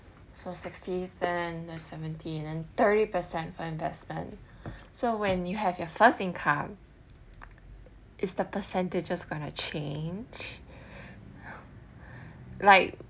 so sixty then the seventeen and thirty percent for investment so when you have your first income is the percentage just going to change like